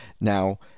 now